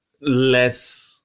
less